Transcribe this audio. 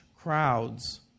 crowds